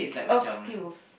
earth skills